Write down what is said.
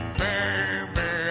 baby